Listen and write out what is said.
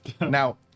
Now